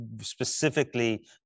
specifically